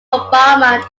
bombardment